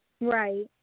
Right